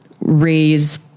raise